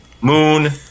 moon